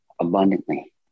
abundantly